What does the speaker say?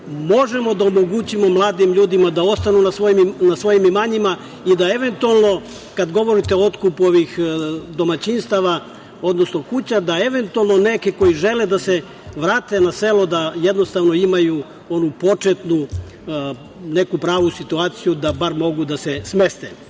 možemo da omogućimo mladim ljudima da ostanu na svojim imanjima i da eventualno, kada govorite o otkupu ovih domaćinstava, odnosno kuća, da eventualno neke koji žele da se vrate na selo, da jednostavno imaju onu početnu neku pravu situaciju da bar mogu da se smeste. Ja